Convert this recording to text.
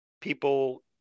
people